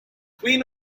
queen